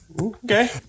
Okay